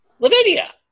Lavinia